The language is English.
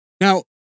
Now